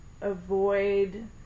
avoid